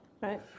Right